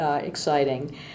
exciting